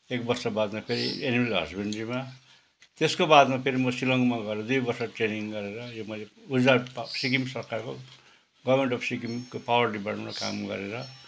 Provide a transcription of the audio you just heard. एक वर्षबादमा फेरि एनिमल हस्बेनडरीमा त्यसकोबादमा फेरि म शिलङमा गएर दुई वर्ष ट्रेनिङ गरेर यो मैले ऊर्जा पा सिक्किम सरकारको गभर्नमेन्ट अफ सिक्किमको पावर डिपार्टमा काम गरेर